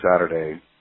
Saturday